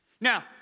Now